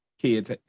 kids